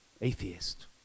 atheist